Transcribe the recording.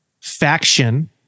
faction